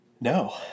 No